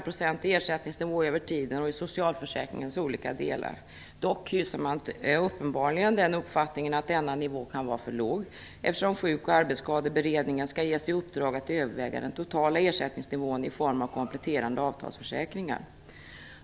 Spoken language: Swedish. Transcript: procentig ersättningsnivå över tiden och i socialförsäkringens olika delar. Dock hyser man uppenbarligen den uppfattningen att denna nivå kan vara för låg, eftersom Sjuk och arbetsskadeberedningen skall ges i uppdrag att överväga den totala ersättningsnivån i form av kompletterande avtalsförsäkringar.